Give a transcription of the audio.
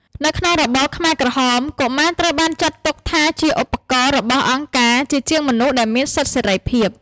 នៅក្នុងរបបខ្មែរក្រហម កុមារត្រូវបានចាត់ទុកថាជា «ឧបករណ៍» របស់អង្គការ ជាជាងមនុស្សដែលមានសិទ្ធិសេរីភាព។